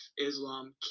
Islam